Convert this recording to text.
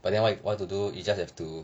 but then what to do you just have to